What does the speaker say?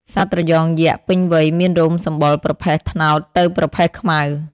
សត្វត្រយងយក្សពេញវ័យមានរោមសម្បុរ ប្រផេះត្នោតទៅប្រផេះខ្មៅ។